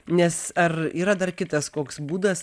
nes ar yra dar kitas koks būdas